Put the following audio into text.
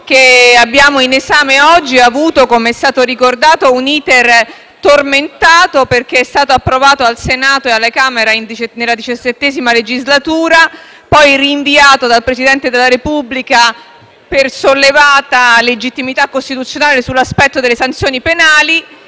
al nostro esame ha avuto - come è stato già ricordato - un *iter* tormentato, essendo stato approvato al Senato e alla Camera nella XVII legislatura, poi rinviato dal Presidente della Repubblica per sollevata legittimità costituzionale sull'aspetto delle sanzioni penali